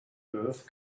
earth